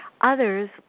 Others